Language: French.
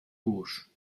gauche